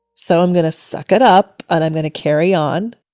so i'm going to suck it up and i'm going to carry on